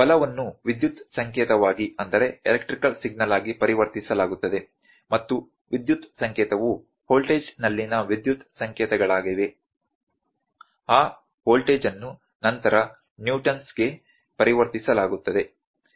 ಬಲವನ್ನು ವಿದ್ಯುತ್ ಸಂಕೇತವಾಗಿ ಪರಿವರ್ತಿಸಲಾಗುತ್ತದೆ ಮತ್ತು ವಿದ್ಯುತ್ ಸಂಕೇತವು ವೋಲ್ಟೇಜ್ನಲ್ಲಿನ ವಿದ್ಯುತ್ ಸಂಕೇತಗಳಾಗಿವೆ ಆ ವೋಲ್ಟೇಜ್ ಅನ್ನು ನಂತರ ನ್ಯೂಟನ್ಸ್ಗೆNewton's ಪರಿವರ್ತಿಸಲಾಗುತ್ತದೆ